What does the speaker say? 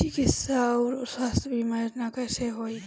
चिकित्सा आऊर स्वास्थ्य बीमा योजना कैसे होला?